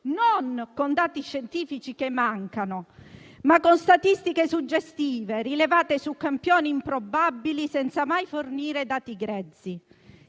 non con dati scientifici che mancano, ma con statistiche suggestive, rilevate su campioni improbabili, senza mai fornire dati grezzi.